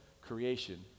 creation